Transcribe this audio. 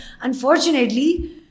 Unfortunately